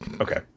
Okay